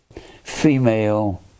female